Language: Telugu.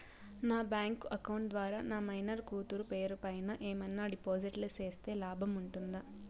నా బ్యాంకు అకౌంట్ ద్వారా నా మైనర్ కూతురు పేరు పైన ఏమన్నా డిపాజిట్లు సేస్తే లాభం ఉంటుందా?